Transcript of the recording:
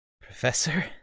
Professor